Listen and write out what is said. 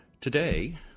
Today